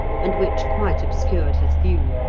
and which quite obscured his view.